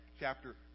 Chapter